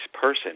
person